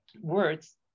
words